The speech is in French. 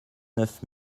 neuf